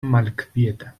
malkvieta